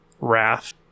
wrath